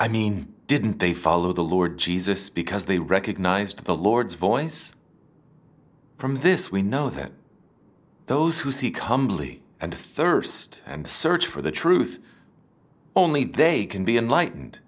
i mean didn't they follow the lord jesus because they recognized the lord's voice from this we know that those who seek humbly and thirst and search for the truth only they can be enlightened